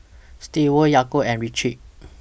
Stewart Yaakov and Richie